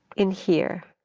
in here.